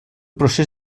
procés